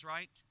Right